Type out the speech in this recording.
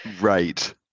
Right